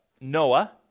Noah